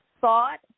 thought